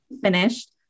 finished